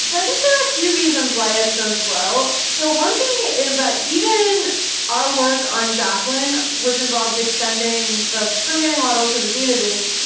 i think there are a few reasons why it's so slow. so one thing is that even our work on jacqueline which involved extending the programming model to the database,